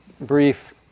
brief